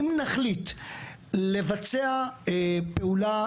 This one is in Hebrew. אם נחליט לבצע פעולה